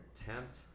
attempt